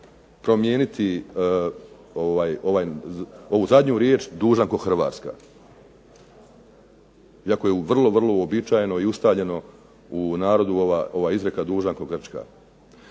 promijeniti ovu zadnju riječ, "Dužan ko Hrvatska" Iako je vrlo, vrlo uobičajeno i ustaljeno u narodu ova izreka "Dužan ko Grčka".